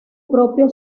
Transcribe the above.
propio